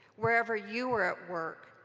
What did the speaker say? wherever you are at work,